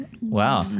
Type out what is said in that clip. wow